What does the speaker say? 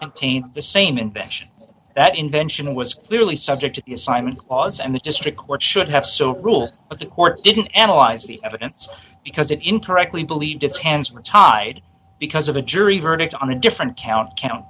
cane the same invention that invention was clearly subject to the assignment laws and the district court should have so rules of the court didn't analyze the evidence because it incorrectly believed its hands were tied because of a jury verdict on a different count count